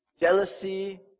jealousy